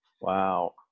wow